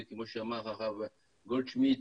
וכמו שאמר הרב גולדשמידט,